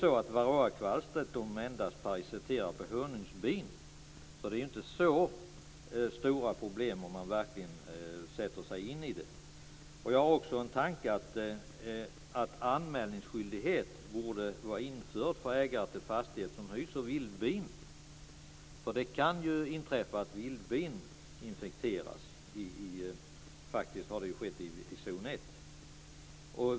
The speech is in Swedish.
Varroakvalstret parasiterar endast på honungsbin. Det är inte så stora problem om man verkligen sätter sig in i det. Jag har också en tanke att anmälningsskyldiget borde vara införd för ägare till fastighet som hyser vildbin. Det kan inträffa att vildbin infekteras. Det har faktiskt skett i zon 1.